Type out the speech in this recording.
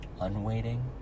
Unwaiting